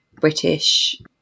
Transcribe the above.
British